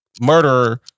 murderer